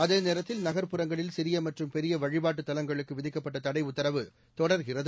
அதேநேரத்தில் நகர்ப்புறங்களில் சிறிய மற்றும் பெரிய வழிபாட்டு தலங்களுக்கு விதிக்கப்பட்ட தடைஉத்தரவு தொடர்கிறது